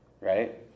right